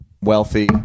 wealthy